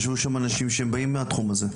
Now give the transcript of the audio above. ישבו שם אנשים שהם באים מהתחום הזה.